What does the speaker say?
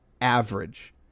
average